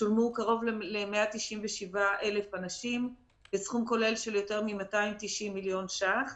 שולמו קרוב ל-197,000 אנשים בסכום כולל של יותר מ-290 מיליון ש"ח.